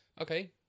Okay